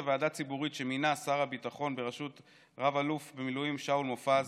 ועדה ציבורית שמינה שר הביטחון בראשות רב-אלוף במילואים שאול מופז,